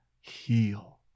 heal